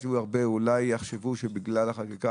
הרבה אולי יחשבו שבגלל החקיקה,